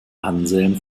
anselm